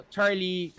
Charlie